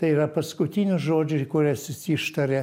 tai yra paskutiniai žodžiai kuriuos jis ištarė